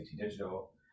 Digital